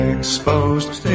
Exposed